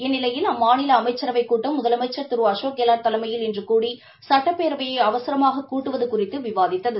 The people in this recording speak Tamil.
இந்நிலையில் அம்மாநில அமைச்சரவைக் கூட்டம் முதலமைச்சர் திரு அசோக் கெலட் தலைமையில் இன்று கூடி சட்டப்பேரவை அவசரமாக கூட்டுவது குறித்து விவாதிக்கப்பட்டது